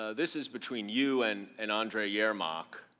ah this is between you and and andre yermach.